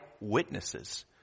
witnesses